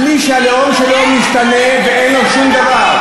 בלי שהלאום שלו משתנה ואין לו שום דבר.